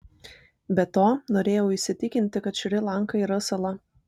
be to norėjau įsitikinti kad šri lanka yra sala